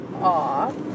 off